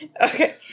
Okay